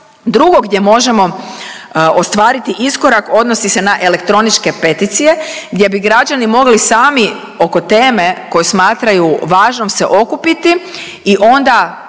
Drugo gdje možemo ostvariti iskorak odnosi se na elektroničke peticije gdje bi građani mogli sami oko teme koju smatraju važnom se okupiti i onda